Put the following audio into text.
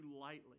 lightly